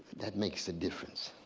that makes a difference.